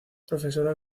profesora